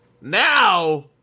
now